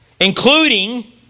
including